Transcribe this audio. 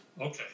Okay